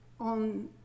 on